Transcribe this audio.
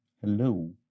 Hello